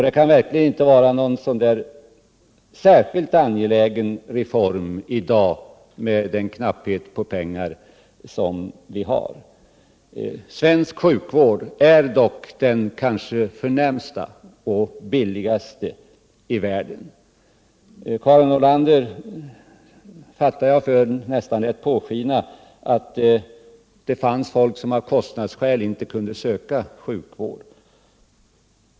Det kan verkligen inte vara någon särskilt angelägen reform i dag med nuvarande knapphet på pengar. Svensk sjukvård är dock den kanske förnämsta och billigaste i världen. Jag uppfattade Karin Nordlander så att hon nästan lät påskina att det finns människor som av kostnadsskäl inte kan söka sjukvård.